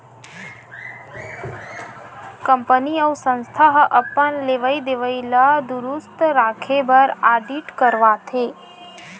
company अउ संस्था ह अपन लेवई देवई ल दुरूस्त राखे बर आडिट करवाथे